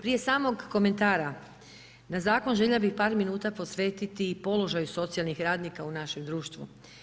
Prije samog komentara na zakon, željela bi par minuta posvete položaju socijalnih radnika u našem društvu.